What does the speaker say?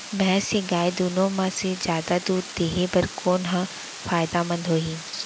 भैंस या गाय दुनो म से जादा दूध देहे बर कोन ह फायदामंद होही?